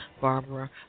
Barbara